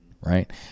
right